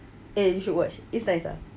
eh you should watch it's nice ah